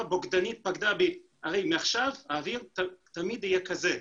בוגדנית עברה בי הרי מעכשיו האוויר תמיד יהיה כזה,